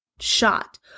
shot